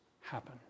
happen